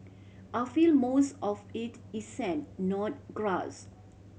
I feel most of it is sand not grass